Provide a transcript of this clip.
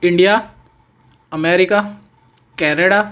India America Canada